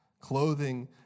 Clothing